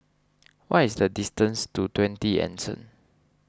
what is the distance to twenty Anson